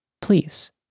Please